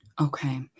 Okay